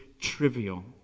trivial